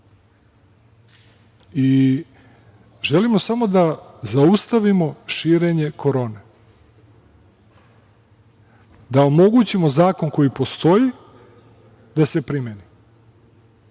i želimo samo da zaustavimo širenje korone, da omogućimo zakon koji postoji da se primeni.